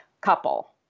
couple